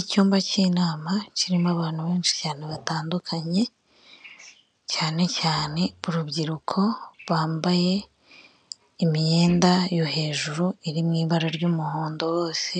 Icyumba cy'inama kirimo abantu benshi cyane batandukanye, cyane cyane urubyiruko bambaye imyenda yo hejuru iri mu ibara ry'umuhondo hose,